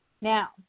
now